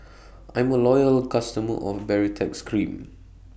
I'm A Loyal customer of Baritex Cream